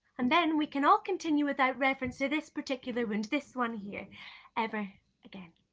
and then we can all continue without reference to this particular wound, this one here ever again.